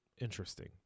interesting